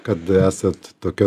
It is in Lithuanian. kad esat tokia